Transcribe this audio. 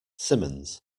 simmons